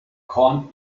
corned